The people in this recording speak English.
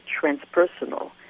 transpersonal